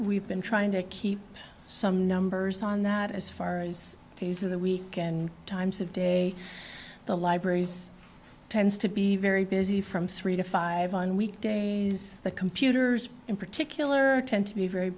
we've been trying to keep some numbers on that as far as days of the week and times of day the libraries tends to be very busy from three to five on weekdays the computers in particular tend to be very